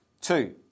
Two